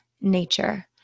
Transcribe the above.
nature